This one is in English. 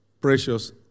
precious